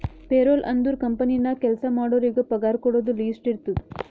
payroll ಅಂದುರ್ company ನಾಗ್ ಕೆಲ್ಸಾ ಮಾಡೋರಿಗ ಪಗಾರ ಕೊಡೋದು ಲಿಸ್ಟ್ ಇರ್ತುದ್